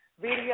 video